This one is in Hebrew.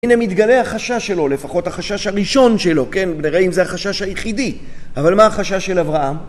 הנה מתגלה החשש שלו, לפחות החשש הראשון שלו, נראה אם זה החשש היחידי, אבל מה החשש של אברהם?